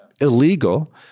illegal